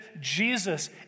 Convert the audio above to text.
Jesus